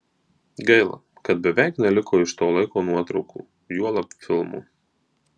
gaila kad beveik neliko iš to laiko nuotraukų juolab filmų